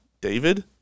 David